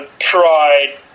pride